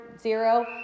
zero